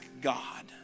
God